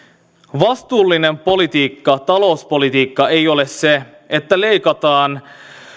vastuullinen talouspolitiikka ei ole sitä että leikataan